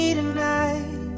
tonight